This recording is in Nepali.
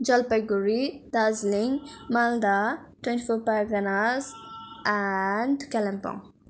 Jalpaiguri Darjeeling Malda twenty four Parganas and Kalimpong